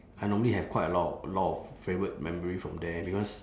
I normally have quite a lot of a lot of favourite memory from there because